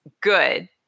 good